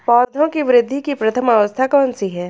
पौधों की वृद्धि की प्रथम अवस्था कौन सी है?